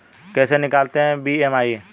कैसे निकालते हैं बी.एम.आई?